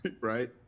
right